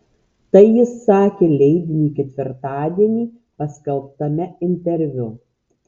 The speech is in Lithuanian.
tai jis sakė leidiniui ketvirtadienį paskelbtame interviu